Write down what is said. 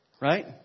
right